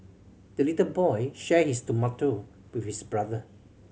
the little boy shared his tomato with his brother